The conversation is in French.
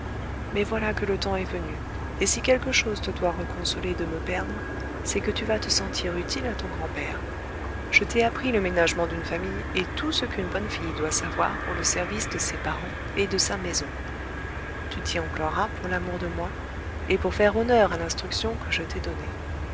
mais voilà que le temps est venu et si quelque chose te doit reconsoler de me perdre c'est que tu vas te sentir utile à ton grand-père je t'ai appris le ménagement d'une famille et tout ce qu'une bonne fille doit savoir pour le service de ses parents et de sa maison tu t'y emploieras pour l'amour de moi et pour faire honneur à l'instruction que je t'ai donnée